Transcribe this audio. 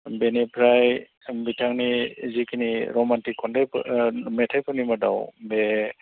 बेनिफ्राय बिथांनि जाखिनि रमान्तिक खन्थाइफोर मेथाइफोरनि मादाव बे